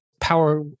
Power